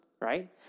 right